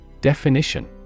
Definition